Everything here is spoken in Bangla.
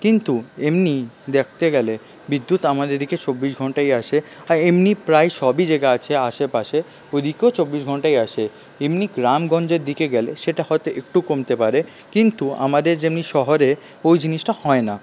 কিন্তু এমনি দেখতে গেলে বিদ্যুৎ আমাদের এদিকে চব্বিশ ঘন্টাই আসে আর এমনি প্রায় সবই জাগায় আছে আশেপাশে ওইদিকেও চব্বিশ ঘন্টায় আসে এমনি গ্রামগঞ্জের দিকে গেলে সেটা হয়তো একটু কমতে পারে কিন্তু আমাদের যেমনি শহরে ওই জিনিসটা হয় না